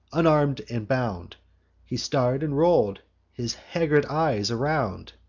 unarm'd and bound he star'd, and roll'd his haggard eyes around,